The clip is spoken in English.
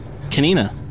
Kanina